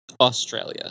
Australia